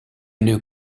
new